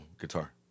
guitar